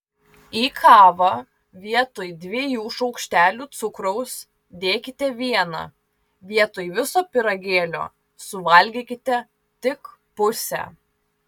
į kavą vietoj dviejų šaukštelių cukraus dėkite vieną vietoj viso pyragėlio suvalgykite tik pusę